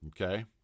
okay